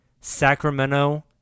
Sacramento